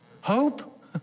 hope